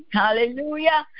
hallelujah